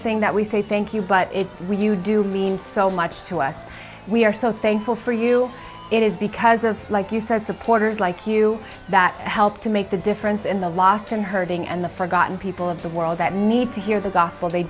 thing that we say thank you but when you do mean so much to us we are so thankful for you it is because of like you said supporters like you that help to make the difference in the lost and hurting and the forgotten people of the world that need to hear the gospel they